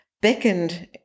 beckoned